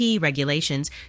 regulations